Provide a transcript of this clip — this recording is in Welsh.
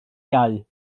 iau